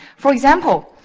for example,